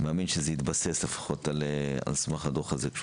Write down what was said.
אני מאמין שזה יתבסס לפחות על סמך הדוח הזה.